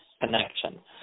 connection